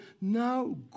now